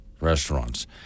restaurants